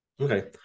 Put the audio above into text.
Okay